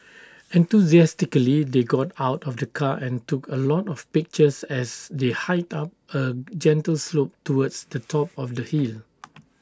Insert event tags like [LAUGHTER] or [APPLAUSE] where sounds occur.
enthusiastically they got out of the car and took A lot of pictures as they hiked up A gentle slope towards to top of the hill [NOISE]